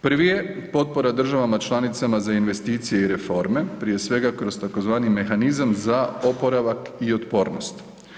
Prvi je potpora državama članicama za investicije i reforme, prije svega kroz tzv. mehanizam za oporavak i otpornost.